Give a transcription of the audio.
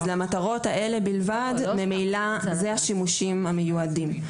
אז למטרות האלה בלבד ממילא זה השימושים המיועדים.